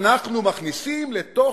אנחנו מכניסים לתוך